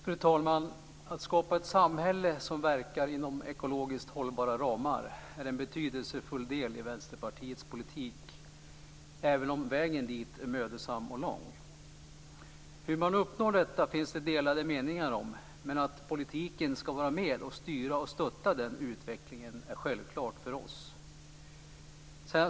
Fru talman! Att skapa ett samhälle som verkar inom ekologiskt hållbara ramar är en betydelsefull del i Vänsterpartiets politik, även om vägen dit är mödosam och lång. Hur man uppnår detta finns det delade meningar om. Men att politiken ska vara med och styra och stötta den utvecklingen är självklart för oss.